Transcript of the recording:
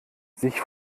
sich